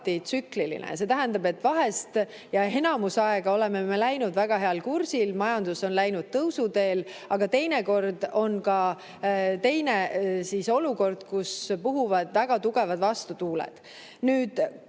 See tähendab, et vahel ja enamus aega oleme läinud väga heal kursil, majandus on läinud tõusuteel, aga teinekord on ka teine olukord, kus puhuvad väga tugevad vastutuuled.